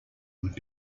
would